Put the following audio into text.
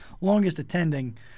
longest-attending